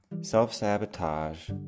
Self-sabotage